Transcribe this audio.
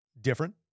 different